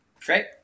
Great